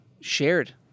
shared